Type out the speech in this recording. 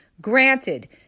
Granted